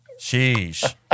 Sheesh